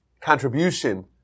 contribution